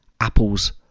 Apple's